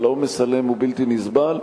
אבל העומס עליהם הוא בלתי נסבל.